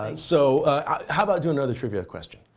ah so how about doing another trivia question?